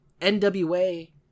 nwa